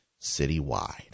citywide